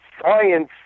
science